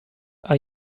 are